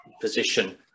position